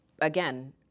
again